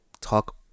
talk